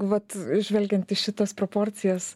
vat žvelgiant į šitas proporcijas